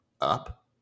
up